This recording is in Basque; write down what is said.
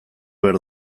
behar